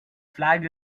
flag